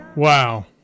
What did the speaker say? Wow